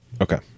Okay